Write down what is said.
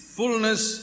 fullness